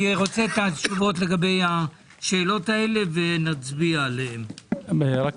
אני רוצה תשובות לגבי השאלות הללו ואז נצביע על הפניות.